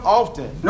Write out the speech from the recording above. often